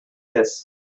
this